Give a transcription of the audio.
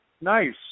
nice